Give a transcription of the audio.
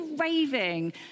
raving